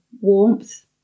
warmth